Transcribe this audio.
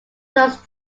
turks